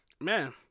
man